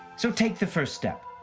so take the first step.